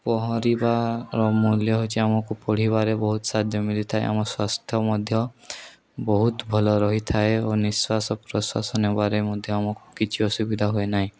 ପହଁରିବାର ମୂଲ୍ୟ ହେଉଛି ଆମକୁ ପଢ଼ିବାରେ ବହୁତ ସାହାଯ୍ୟ ମିିଳିଥାଏ ଆମ ସ୍ୱାସ୍ଥ୍ୟ ମଧ୍ୟ ବହୁତ ଭଲ ରହିଥାଏ ଓ ନିଃଶ୍ୱାସ ପ୍ରଶ୍ୱାସ ନେବାରେ ମଧ୍ୟ ଆମକୁ କିଛି ଅସୁବିଧା ହୁଏ ନାହିଁ